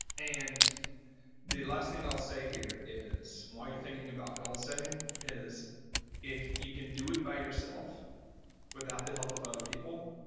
and the last thing i'll say here, while you're thinking about goal-setting, is if you can do it by yourself without the help of other people,